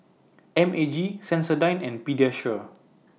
M A G Sensodyne and Pediasure